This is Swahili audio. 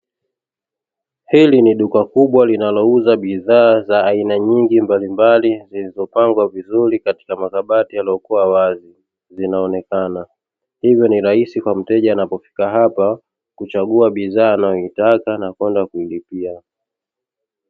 Hili ni duka kubwa linalouza bidhaa za aina nyingi mbalimbali, zilizopangwa vizuri katika makabati yaliyokuwa wazi zinaonekana hivyo ni rahisi kwa mteja anapofika hapa kuchagua bidhaa anazotaka na kwenda kulipia.